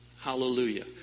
Hallelujah